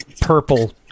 purple